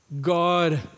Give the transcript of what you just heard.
God